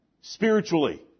spiritually